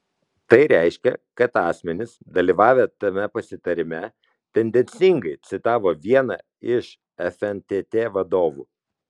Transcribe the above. tai reiškia kad asmenys dalyvavę tame pasitarime tendencingai citavo vieną iš fntt vadovų